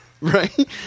right